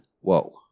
Whoa